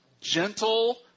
gentle